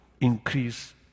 increase